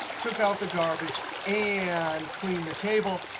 took out the garbage and clean the table,